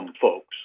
folks